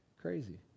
crazy